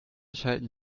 schalten